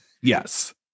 Yes